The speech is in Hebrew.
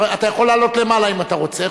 אתה יכול לעלות למעלה אם אתה רוצה.